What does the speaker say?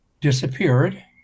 disappeared